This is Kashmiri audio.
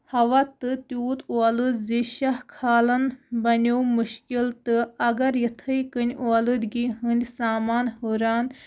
ہوا تہٕ تیوٗت ٲلوٗدٕ زِ شاہ کھالن بَنیو مُشکِل تہٕ اَگر یِتھٕے کٔنۍ ٲلوٗدگی ہٕندۍ سامانہٕ ہُران